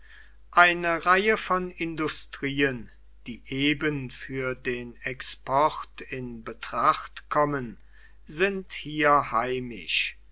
eine reihe von industrien die eben für den export in betracht kommen sind hier heimisch